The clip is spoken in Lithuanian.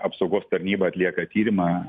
apsaugos tarnyba atlieka tyrimą